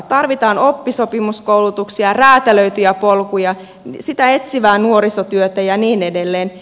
tarvitaan oppisopimuskoulutuksia räätälöityjä polkuja sitä etsivää nuorisotyötä ja niin edelleen